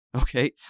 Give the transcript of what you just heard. Okay